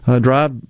drive